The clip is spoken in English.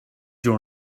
your